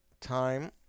time